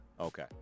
Okay